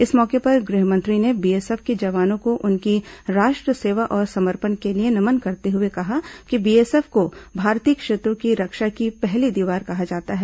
इस मौके पर गृह मंत्री ने बीएसएफ के जवानों को उनकी राष्ट्र सेवा और समर्पण के लिए नमन करते हुए कहा कि बीएसएफ को भारतीय क्षेत्रों की रक्षा की पहली दीवार कहा जाता है